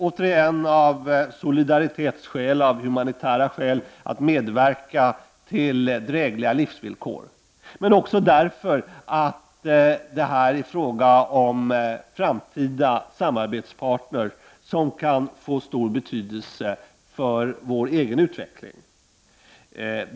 Återigen har vi solidaritetsskäl, humanitära skäl, för att medverka till drägliga livsvillkor, men skälen är också att det här är fråga om framtida samarbetspartners som kan få stor betydelse för vår egen utveckling.